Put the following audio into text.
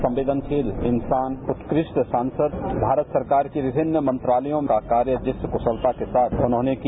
संवेदनशील इंसान उत्कृष्ट सांसद भारत सरकार के विभिन्न मंत्रालयों का कार्य जिस कुश्लता के साथ उन्होंने किया